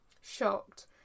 shocked